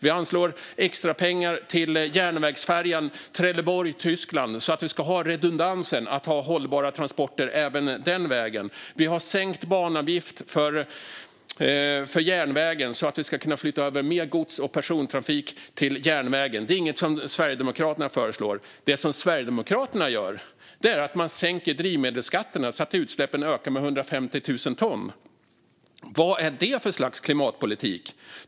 Vi anslår extrapengar till järnvägsfärjan mellan Trelleborg och Tyskland, så att det ska finnas redundans att ha hållbara transporter även den vägen. Vi föreslår sänkt banavgift för järnvägen så att mer gods och persontrafik ska flyttas över till järnvägen. Det är inget som Sverigedemokraterna föreslår. Det Sverigedemokraterna gör är att sänka drivmedelsskatterna så att utsläppen ökar med 150 000 ton. Vad är det för slags klimatpolitik?